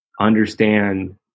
understand